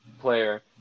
player